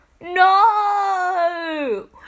No